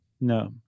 No